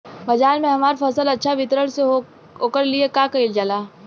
बाजार में हमार फसल अच्छा वितरण हो ओकर लिए का कइलजाला?